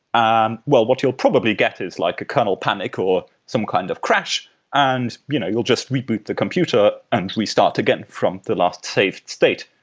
and what you'll probably get is like a kernel panic or some kind of crash and you know you'll just reboot the computer and restart again from the last saved state.